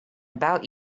about